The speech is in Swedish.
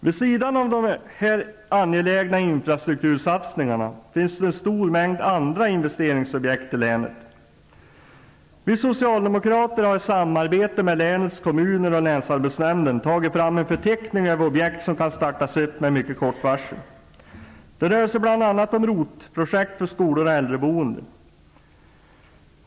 Vid sidan av dessa angelägna infrastruktursatsningar finns det en stor mängd andra investeringsobjekt i länet. Vi socialdemokrater har i samarbete med länets kommuner och länsarbetsnämnden tagit fram en förteckning över objekt som kan startas med mycket kort varsel. Det rör sig bl.a. om ROT projekt för skolor och äldreboende.